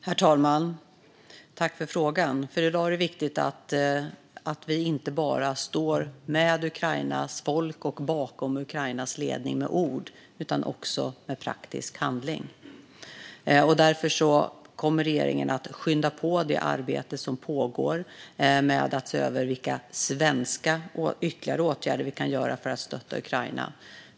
Herr talman! Jag tackar Maria Nilsson för frågan. I dag är det viktigt att vi inte bara står med Ukrainas folk och bakom Ukrainas ledning med ord utan också med praktisk handling. Därför kommer regeringen att skynda på det arbete som pågår med att se över vilka ytterligare åtgärder vi kan vidta från svensk sida för att stötta Ukraina.